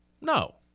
No